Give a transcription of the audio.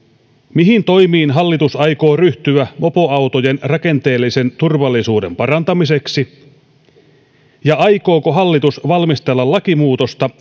mihin toimiin hallitus aikoo ryhtyä mopoautojen rakenteellisen turvallisuuden parantamiseksi ja aikooko hallitus valmistella lakimuutosta